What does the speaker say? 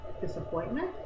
disappointment